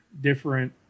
different